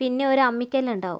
പിന്നെ ഒരമ്മിക്കല്ലുണ്ടാവും